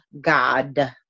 God